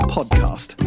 Podcast